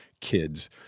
kids